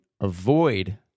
avoid